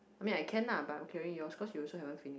I mean I can lah but I'm clearing yours cause you also haven't finish